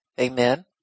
Amen